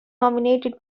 nominated